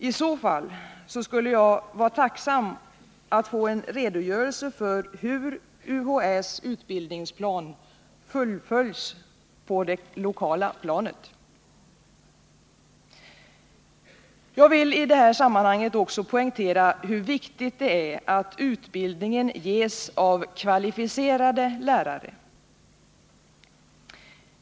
I så fall skulle jag vara tacksam att få en redogörelse för hur UHÄ:s utbildningsplan fullföljs på det lokala planet. Jag vill i detta sammanhang också poängtera hur viktigt det är att utbildningen ges av kvalificerade lärare.